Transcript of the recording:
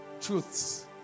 truths